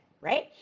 Right